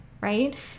right